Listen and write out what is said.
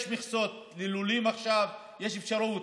יש מכסות ללולים עכשיו, יש אפשרות